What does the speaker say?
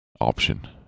option